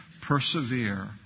persevere